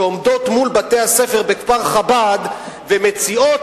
שעומדות מול בתי-הספר בכפר-חב"ד ומציעות